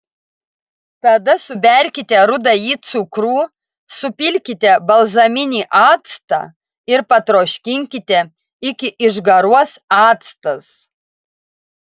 tada suberkite rudąjį cukrų supilkite balzaminį actą ir patroškinkite iki išgaruos actas